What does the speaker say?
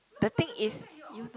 the thing is you all know